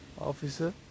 officer